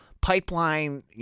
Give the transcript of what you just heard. pipeline